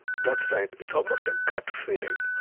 that's right, it's almost a gut feeling.